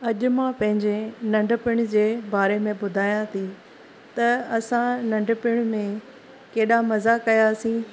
अॼु मां पंहिंजे नंढपण जे बारे में ॿुधायां थी त असां नंढपण में केॾा मज़ा कयासीं